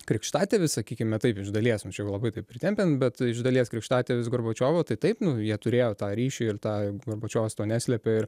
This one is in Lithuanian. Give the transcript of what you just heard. krikštatėvis sakykime taip iš dalies nu čia jau labai pritempiant bet iš dalies krikštatėvis gorbačiovo tai taip jie turėjo tą ryšį ir tą gorbačiovas to neslėpė ir